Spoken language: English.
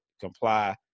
comply